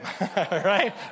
Right